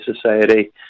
Society